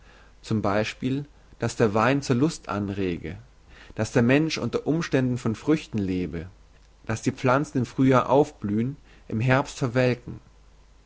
zum beispiel dass der wein zur lust anrege dass der mensch unter umständen von früchten lebe dass die pflanzen im frühjahr aufblühn im herbst verwelken